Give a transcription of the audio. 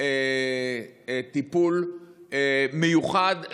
טיפול מיוחד,